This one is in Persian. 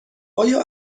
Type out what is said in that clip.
آیا